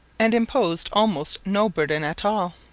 and imposed almost no burden at all.